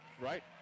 right